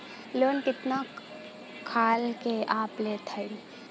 Loan कितना खाल के आप लेत हईन?